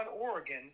Oregon